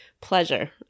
pleasure